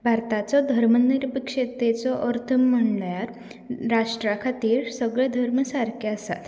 भारताचो धर्मनिरपेक्षतेचो अर्थ म्हणल्यार राष्ट्रा खातीर सगळे धर्म सारके आसात